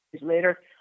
later